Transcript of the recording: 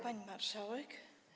Pani Marszałek!